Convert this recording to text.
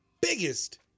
biggest